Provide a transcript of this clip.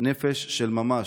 נפש של ממש.